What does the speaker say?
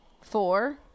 four